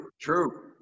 true